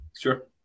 Sure